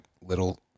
little